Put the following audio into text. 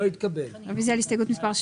אתה לא אוהב את מה שאומרים לך,